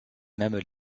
mêmes